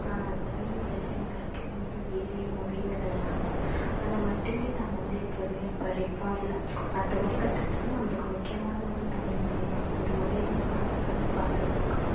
தமிழ் மொழி தான் எல்லாருக்குமே வந்து உயரிய மொழிங்கிறதுனால் அதை மட்டுமே நாம வந்து எப்போதுமே படிப்போம்ன்னு இல்லை மற்ற மொழி கற்றுக்கிட்டாலும் நம்மளுக்கு முக்கியமானது தமிழ் மொழி தான் அந்த மொழியை வந்து நாம தான் வந்து பாதுகாக்கணும்